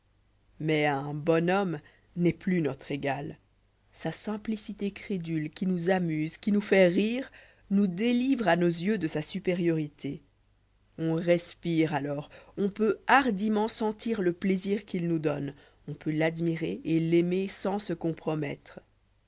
mais un bon homme n'est plus notre égal sa simplicité crédule qui nous amuse qui nous fait rire nous délivre à nos yeux de sa supériorité on respire alors on peut hardiment sentir le plaisir qu'il nous donne on peut l'admirer et l'aimer sans se compromettre